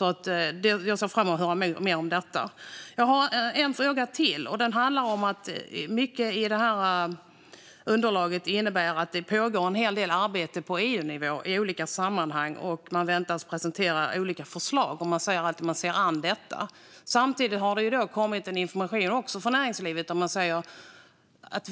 Jag ser fram emot att få höra mer om detta. Jag har ytterligare en fråga, och den handlar om att mycket i underlaget innebär att det pågår en hel del arbete på EU-nivå i olika sammanhang. Man väntas presentera olika förslag. Samtidigt har det kommit information från näringslivet där man säger att